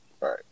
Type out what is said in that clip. right